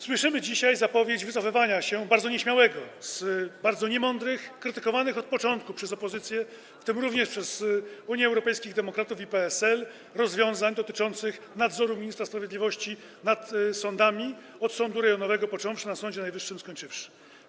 Słyszymy dzisiaj zapowiedź wycofywania się, bardzo nieśmiałego, z bardzo niemądrych, od początku krytykowanych przez opozycję, w tym również Unię Europejskich Demokratów i PSL, rozwiązań dotyczących nadzoru ministra sprawiedliwości nad sądami, od sądu rejonowego począwszy, na Sądzie Najwyższym skończywszy.